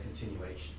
continuation